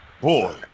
Boy